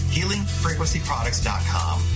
HealingFrequencyProducts.com